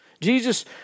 Jesus